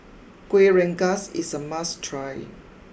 Kuih Rengas is a must try